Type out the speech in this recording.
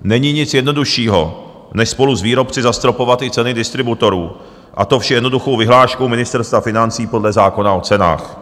Není nic jednoduššího než spolu s výrobci zastropovat i ceny distributorů, a to vše jednoduchou vyhláškou Ministerstva financí podle zákona o cenách.